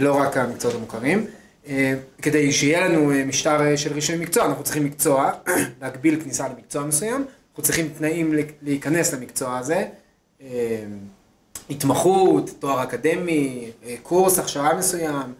לא רק המקצועות המוכרים. כדי שיהיה לנו משטר של רישיון מקצוע אנחנו צריכים מקצוע, להגביל כניסה למקצוע מסוים, אנחנו צריכים תנאים להיכנס למקצוע הזה, התמחות, תואר אקדמי, קורס הכשרה מסוים.